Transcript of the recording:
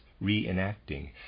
re-enacting